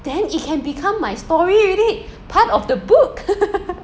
then it can become my story already part of the book